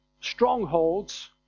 strongholds